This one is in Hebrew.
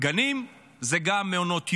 גנים וגם מעונות יום.